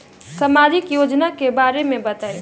सामाजिक योजना के बारे में बताईं?